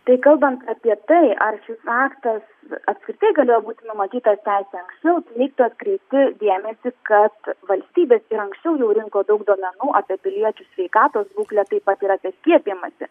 tai kalbant apie tai ar šis aktas apskritai galėjo būti numatytas anksčiau reiktų atkreipti dėmesį kad valstybės ir anksčiau jau rinko daug duomenų apie piliečių sveikatos būklę taip pat ir apie skiepijimąsi